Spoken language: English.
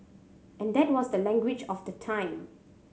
and that was the language of the time